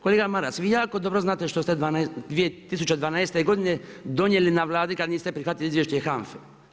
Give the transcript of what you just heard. Kolega Maras, vi jako dobro znate što ste 2012. godine donijeli na Vladi kad niste prihvatili izvješće HANFA-e.